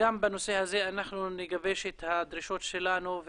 גם בנושא הזה אנחנו נגבש את הדרישות שלנו,